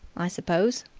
i suppose.